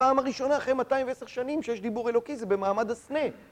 פעם הראשונה אחרי 210 שנים שיש דיבור אלוקי זה במעמד הסנה